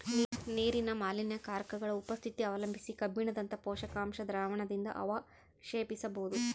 ನೀರಿನ ಮಾಲಿನ್ಯಕಾರಕಗುಳ ಉಪಸ್ಥಿತಿ ಅವಲಂಬಿಸಿ ಕಬ್ಬಿಣದಂತ ಪೋಷಕಾಂಶ ದ್ರಾವಣದಿಂದಅವಕ್ಷೇಪಿಸಬೋದು